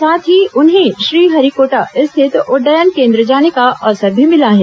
साथ ही उन्हें श्रीहरिकोटा स्थित उड्डयन केन्द्र जाने का अवसर भी मिला है